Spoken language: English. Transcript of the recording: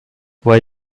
why